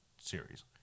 series